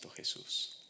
Jesús